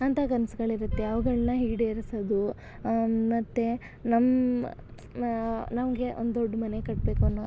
ಅಂತ ಕನಸ್ಗಳಿರತ್ತೆ ಅವುಗಳ್ನ ಈಡೇರ್ಸೋದು ಮತ್ತು ನಮ್ಮ ನಮಗೆ ಒಂದು ದೊಡ್ಡ ಮನೆ ಕಟ್ಟಬೇಕು ಅನ್ನೋ